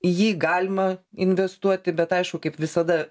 į jį galima investuoti bet aišku kaip visada